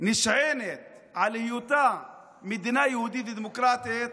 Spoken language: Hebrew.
נשענת על היותה מדינה יהודית ודמוקרטית,